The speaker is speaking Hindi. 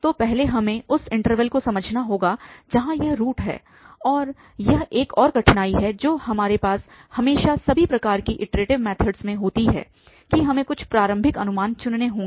तो पहले हमें उस इन्टरवल को समझना होगा जहाँ यह रूट है और यह एक और कठिनाई है जो हमारे पास हमेशा सभी प्रकार की इटरेटिव मैथड में होती है कि हमें कुछ प्रारंभिक अनुमान चुनने होगे